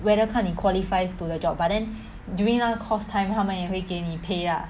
whether 看你 qualify to the job but then during 那个 course time 他们也会给你 pay lah